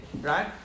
right